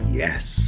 yes